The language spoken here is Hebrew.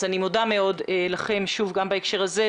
אני מודה לכם מאוד גם בהקשר הזה.